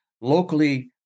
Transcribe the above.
locally